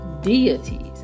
deities